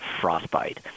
frostbite